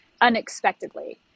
unexpectedly